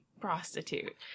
prostitute